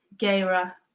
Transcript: Gera